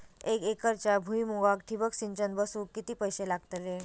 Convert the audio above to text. एक एकरच्या भुईमुगाक ठिबक सिंचन बसवूक किती पैशे लागतले?